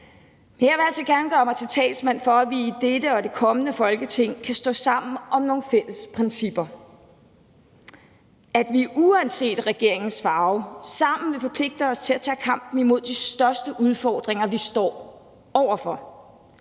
jeg vil altså gerne gøre mig til talsmand for, at vi i dette og det kommende Folketing kan stå sammen om nogle fælles principper, og at vi uanset regeringens farve sammen vil forpligte os til at tage kampen imod de største udfordringer, vi står over for.